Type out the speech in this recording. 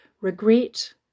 regret